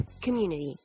community